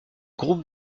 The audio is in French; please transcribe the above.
groupe